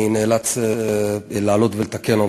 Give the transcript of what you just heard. אני נאלץ לעלות ולתקן אותה.